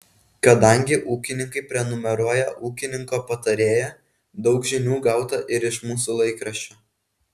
kadangi ūkininkai prenumeruoja ūkininko patarėją daug žinių gauta ir iš mūsų laikraščio